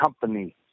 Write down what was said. company